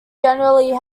generally